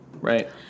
Right